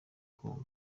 konka